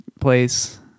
place